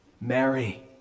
Mary